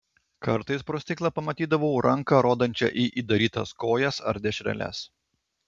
kartais pro stiklą pamatydavau ranką rodančią į įdarytas kojas ar dešreles